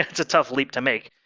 it's a tough leap to make.